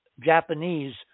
Japanese